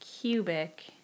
cubic